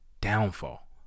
downfall